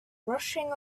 rushing